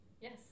Yes